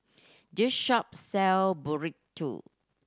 this shop sell Burrito